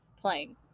Playing